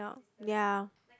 ya